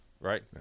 right